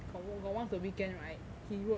got once a weekend right he wrote